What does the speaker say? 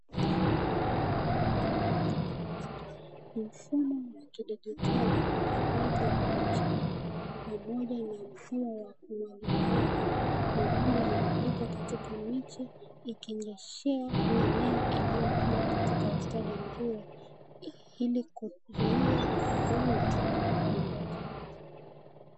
Mfumo wa kidijitali wa upandaji wa miche, ni moja ya mfumo wa umwagiliaji, mabomba yamepita katika miche, ikinyeshea mimea inayokua kwa ustadi mzuri ili kuzuia udongo kuondoka.